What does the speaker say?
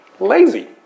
lazy